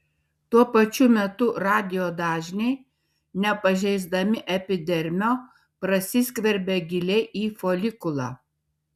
tuo pačiu metu radijo dažniai nepažeisdami epidermio prasiskverbia giliai į folikulą